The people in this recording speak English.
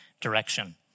direction